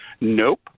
Nope